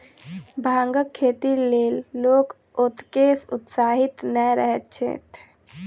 भांगक खेतीक लेल लोक ओतेक उत्साहित नै रहैत छैथ